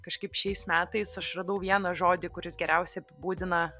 kažkaip šiais metais aš radau vieną žodį kuris geriausiai apibūdina